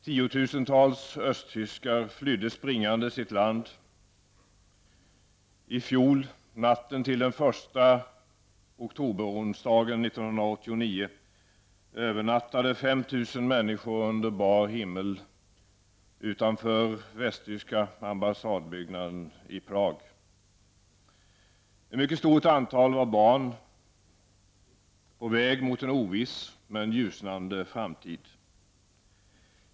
Tiotusentals östtyskar flydde springande sitt land. I fjol, natten till den första oktober onsdagen 1989, övernattade 5 000 människor under bar himmel utanför västtyska ambassadbyggnaden i Prag. Ett mycket stort antal var barn -- på väg mot en oviss, men ljusnande framtid.